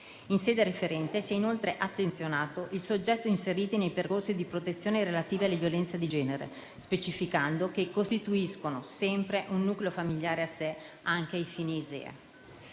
In sede referente sono stati inoltre attenzionati i soggetti inseriti nei percorsi di protezione relativi alle violenze di genere, specificando che costituiscono sempre un nucleo familiare a sé, anche ai fini ISEE.